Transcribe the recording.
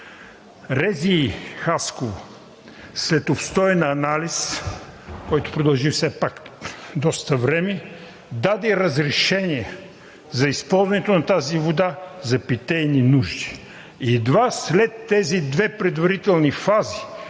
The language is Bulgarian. РЗИ – Хасково, след обстоен анализ, който все пак продължи доста време, даде разрешение за използването на тази вода за питейни нужди. Едва след тези две предварителни фази